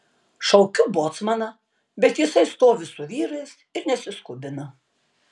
šaukiu bocmaną bet jisai stovi su vyrais ir nesiskubina